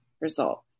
results